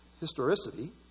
historicity